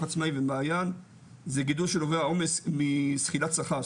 העצמאי ומעיין זה גידול שנובע העומס מזחילת שכר,